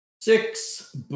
Six